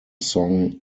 song